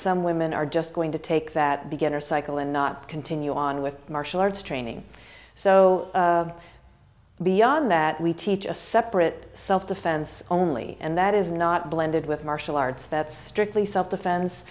some women are just going to take that beginner cycle and not continue on with martial arts training so beyond that we teach a separate self defense only and that is not blended with martial arts that's strictly self